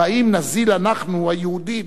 האם נזיל אנחנו, היהודים,